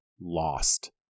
lost